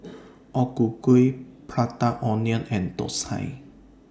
O Ku Kueh Prata Onion and Thosai